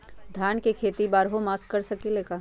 धान के खेती बारहों मास कर सकीले का?